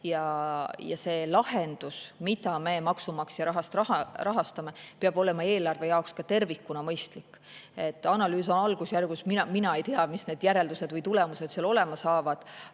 ja see lahendus, mida me maksumaksja rahast rahastame, peab olema eelarve jaoks tervikuna mõistlik. Analüüs on algusjärgus, mina ei tea, mis need järeldused või tulemused seal olema saavad,